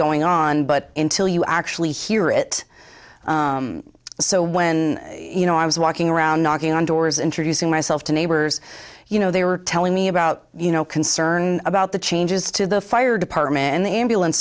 going on but in till you actually hear it so when you know i was walking around knocking on doors introducing myself to neighbors you know they were telling me about you know concern about the changes to the fire department and the ambulance